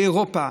באירופה,